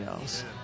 else